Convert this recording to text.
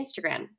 Instagram